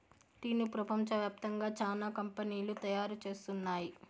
టీను ప్రపంచ వ్యాప్తంగా చానా కంపెనీలు తయారు చేస్తున్నాయి